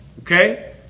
okay